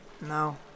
No